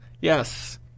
yes